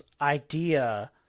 idea